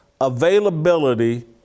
Availability